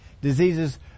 Diseases